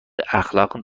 اخلاق